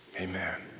Amen